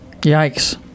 Yikes